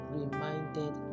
reminded